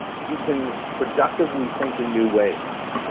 you can productively think in new ways.